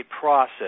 process